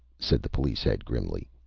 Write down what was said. said the police head, grimly.